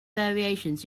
variations